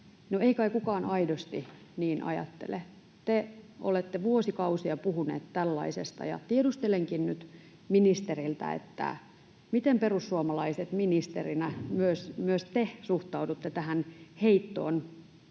kai kukaan aidosti niin ajattele. Te olette vuosikausia puhuneet tällaisesta. Tiedustelenkin nyt ministeriltä: Miten perussuomalaisena ministerinä myös te suhtaudutte tähän heittoon